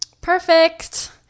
Perfect